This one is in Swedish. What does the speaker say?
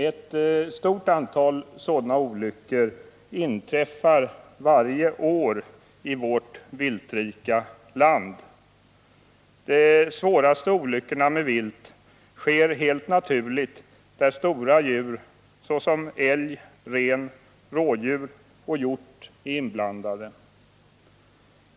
Ett stort antal sådana olyckor inträffar varje år i vårt viltrika land. De svåraste olyckorna med vilt sker helt naturligt där stora djur såsom älg, ren, rådjur och hjort är inblandade.